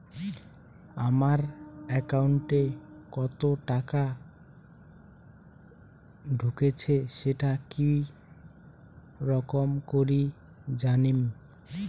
আমার একাউন্টে কতো টাকা ঢুকেছে সেটা কি রকম করি জানিম?